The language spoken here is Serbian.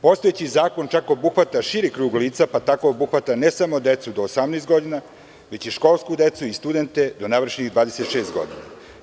Postojeći zakon čak obuhvata širi krug lica, pa tako obuhvata ne samo decu do 18 godina, već i školsku decu i studente do navršenih 26. godina.